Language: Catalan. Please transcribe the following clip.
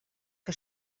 que